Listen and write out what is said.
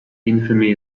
infamy